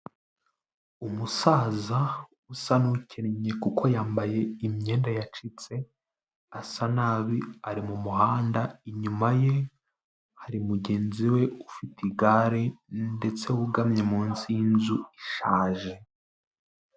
Umusaza usa n'ukennye kuko yambaye imyenda yacitse, asa nabi ari mu muhanda inyuma ye, hari mugenzi we ufite igare ndetse wugamye munsi y'inzu ishaje.